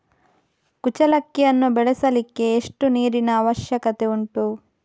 ಕುಚ್ಚಲಕ್ಕಿಯನ್ನು ಬೆಳೆಸಲಿಕ್ಕೆ ಎಷ್ಟು ನೀರಿನ ಅವಶ್ಯಕತೆ ಉಂಟು?